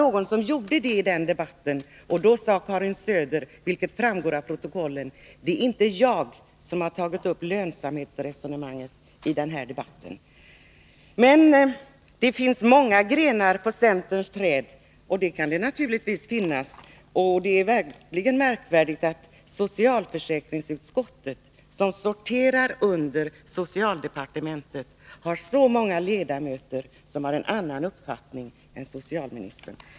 Någon gjorde det i den debatten, och då sade Karin Söder, vilket framgår av protokollet: Det är inte jag som har tagit upp lönsamhetsresonemanget i den här debatten. Men det finns tydligen många grenar på centerträdet. Det är verkligen märkvärdigt att socialförsäkringsutskottet, som behandlar ärenden som sorterar under socialdepartementet, har så många ledamöter som har en annan uppfattning än socialministern.